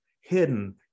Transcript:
hidden